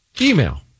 Email